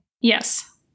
yes